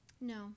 No